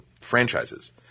franchises